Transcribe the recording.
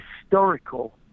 historical